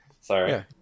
Sorry